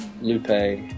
Lupe